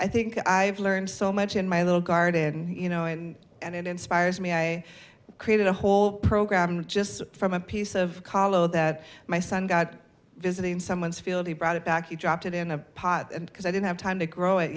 i think i've learned so much in my little garden and you know and it inspires me i created a whole program just from a piece of calo that my son got visiting someone's field he brought it back he dropped it in a pot because i didn't have time to grow it